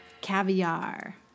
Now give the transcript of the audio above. caviar